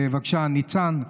בבקשה, ניצן,